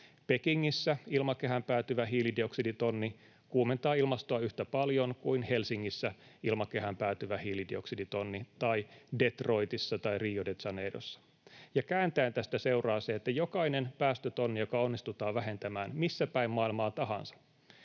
Pekingissä ilmakehään päätyvä hiilidioksiditonni kuumentaa ilmastoa yhtä paljon kuin Helsingissä ilmakehään päätyvä hiilidioksiditonni tai Detroitissa tai Rio de Janeirossa. Kääntäen tästä seuraa se, että jokainen päästötonni, joka onnistutaan vähentämään missä päin maailmaa tahansa,